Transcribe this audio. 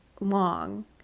long